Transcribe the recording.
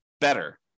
better